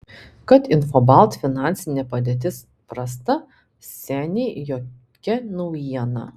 kad infobalt finansinė padėtis prasta seniai jokia naujiena